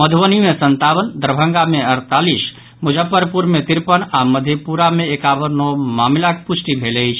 मधुबनी मे संतावन दरभंगा मे अड़तालीस मुजफ्फरपुर मे तिरपन आओर मधेपुरा मे एकावन नव मामिलाक पुष्टि भेल अछि